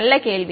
நல்ல கேள்வி